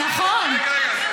נכון.